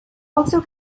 also